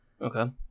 Okay